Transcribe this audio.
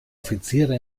offiziere